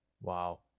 Wow